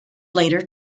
later